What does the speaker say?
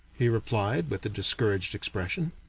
he replied, with a discouraged expression.